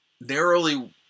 narrowly